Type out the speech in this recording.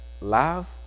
love